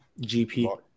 GP